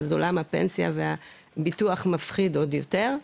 אז עולם הפנסיה והביטוח מפחיד עוד יותר,